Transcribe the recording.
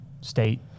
state